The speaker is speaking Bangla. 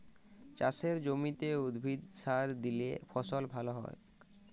চাসের জমিতে উদ্ভিদে সার দিলে ফসল ভাল হ্য়য়ক